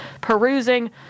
perusing